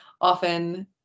often